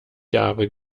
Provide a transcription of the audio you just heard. jahre